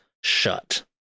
shut